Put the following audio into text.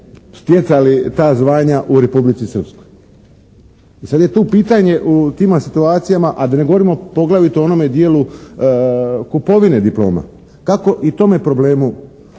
stjecali ta zvanja u Republici Srpskoj. Sad je tu pitanje u tima situacijama, a da ne govorimo poglavito o onome dijelu kupovine diploma, kako i tome problemu